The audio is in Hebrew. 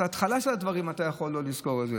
את ההתחלה של הדברים אתה יכול לא לזכור.